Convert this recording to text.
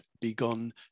begun